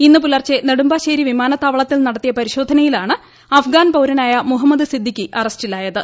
ഇന്ന് പുലർച്ചെ നെടുമ്പാശ്ശേരി വിമാനത്താവളത്തിൽ നടത്തിയ പരിശോധനയിലാണ് അഫ്ഗാൻ പൌരനായ മുഹമ്മദ് സിദ്ദിഖി അറസ്റ്റിലായത്